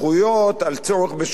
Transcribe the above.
על צורך בשוויון,